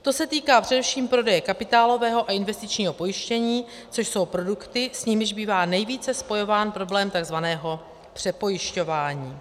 To se týká především prodeje kapitálového a investičního pojištění, což jsou produkty, s nimiž bývá nejvíce spojován problém tzv. přepojišťování.